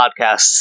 podcasts